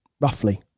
roughly